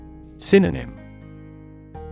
Synonym